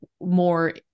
more